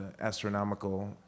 astronomical